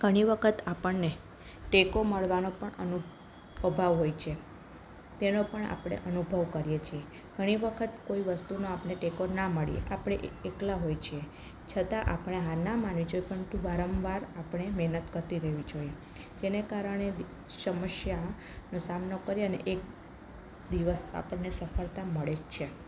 ઘણી વખત આપણને ટેકો મળવાનો પણ અનુ અભાવ હોય છે તેનો પણ આપણે અનુભવ કરીએ છીએ ઘણી વખત કોઈ વસ્તુનો આપણને ટેકો ના મળે આપણે એકલાં હોઈએ છીએ છતાં આપણે હાર ના માનવી જોઈએ પરંતુ વારંવાર આપણે મહેનત કરતી રહેવી જોઈએ જેને કારણે સમસ્યા નો સામનો કરી અને એક દિવસ આપણને સફળતા મળે જ છે